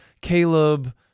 Caleb